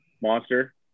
monster